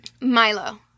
Milo